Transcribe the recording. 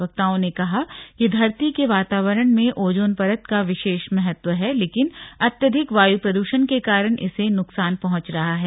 वक्ताओं ने कहा कि धरती के वातावरण में ओजोन परत का विशेष महत्व है लेकिन अत्यधिक वायु प्रदूषण के कारण इसे नुकसान पहुंच रहा है